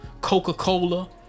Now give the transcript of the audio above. Coca-Cola